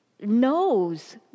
knows